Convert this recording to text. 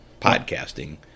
podcasting